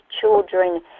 children